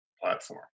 platform